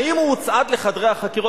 האם הוא הוצעד לחדרי החקירות?